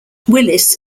willis